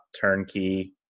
turnkey